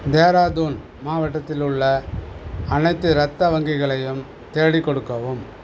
தேராதூன் மாவட்டத்தில் உள்ள அனைத்து இரத்த வங்கிகளையும் தேடிக் கொடுக்கவும்